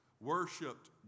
worshipped